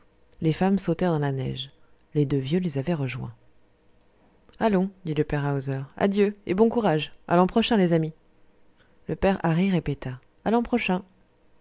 les femmes sautèrent dans la neige les deux vieux les avaient rejoints allons dit le père hauser adieu et bon courage à l'an prochain les amis le père hari répéta a l'an prochain